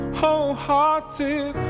Wholehearted